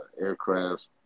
aircraft